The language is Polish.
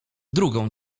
drugą